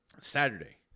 Saturday